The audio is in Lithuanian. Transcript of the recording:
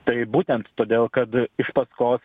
tai būtent todėl kad iš paskos